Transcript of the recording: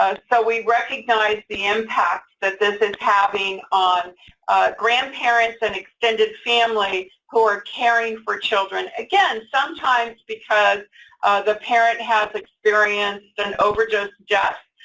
ah so we recognize the impact that this is having on grandparents and extended families who are caring for children, again, sometimes because the parent has experienced an overdose death.